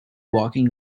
walking